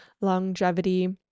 longevity